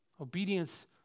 Obedience